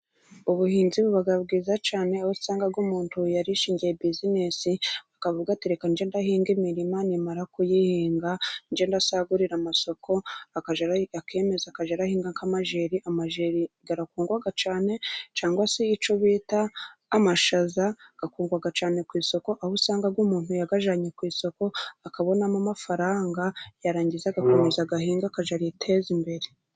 Ubuhinzi buba bwiza cyane, aho usanga umuntu yarishingiye buziness, akavuga ati reka njye mpinga imirima nimara kuyihinga njye nsagurira amasoko. Akemeza akajya ahinga nk'amajyeri. Amajyeri arakundwa cyane, cyangwa se icyo bita amashaza, arakundwa cyane ku isoko. Aho usanga umuntu yayajyanye ku isoko, akabonamo amafaranga, yarangiza agakomeza agahinga, akajya yiteza imbere.